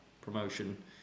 promotion